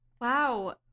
Wow